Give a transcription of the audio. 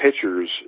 pitchers